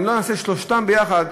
אם לא נעשה את שלושתם ביחד,